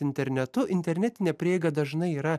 internetu internetine prieiga dažnai yra